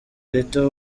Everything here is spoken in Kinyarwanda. rita